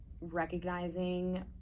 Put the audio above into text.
recognizing